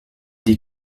des